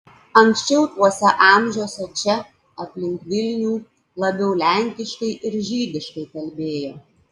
anksčiau tuose amžiuose čia aplink vilnių labiau lenkiškai ir žydiškai kalbėjo